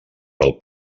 del